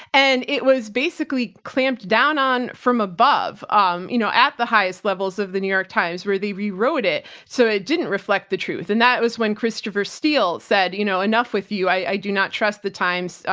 and it was basically clamped down on from above, um you know, at the highest levels of the new york times, where they rewrote it so it didn't reflect the truth. and that was when christopher steele said, you know, enough with you. i do not trust the times.